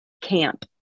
camp